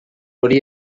hori